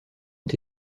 ont